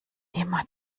immer